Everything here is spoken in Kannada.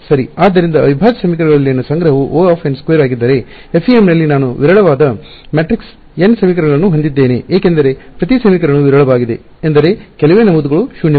ಆದ್ದರಿಂದ ಅವಿಭಾಜ್ಯ ಸಮೀಕರಣಗಳಲ್ಲಿನ ಸಂಗ್ರಹವು O ಆಗಿದ್ದರೆ FEM ನಲ್ಲಿ ನಾನು ವಿರಳವಾದ ಮ್ಯಾಟ್ರಿಕ್ಸ್ n ಸಮೀಕರಣಗಳನ್ನು ಹೊಂದಿದ್ದೇನೆ ಏಕೆಂದರೆ ಪ್ರತಿ ಸಮೀಕರಣವು ವಿರಳವಾಗಿದೆ ಎಂದರೆ ಕೆಲವೇ ನಮೂದುಗಳು ಶೂನ್ಯವಲ್ಲ